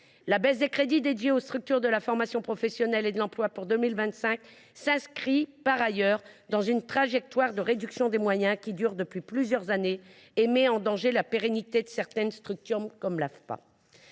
La baisse des crédits dévolus aux structures de la formation professionnelle et de l’emploi pour 2025 s’inscrit par ailleurs dans une trajectoire de réduction des moyens qui dure depuis plusieurs années et met en danger la pérennité de certains établissements comme l’Agence